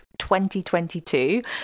2022